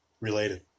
related